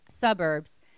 suburbs